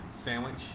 sandwich